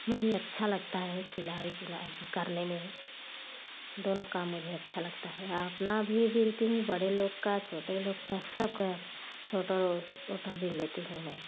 मुझे अच्छा लगता है सिलाई बुनाई करने में दोनों काम मुझे अच्छा लगता है अपना भी बुनती हूँ बड़े लोग का छोटे लोग का सबका सोटर ओटर बुन लेती हूँ मैं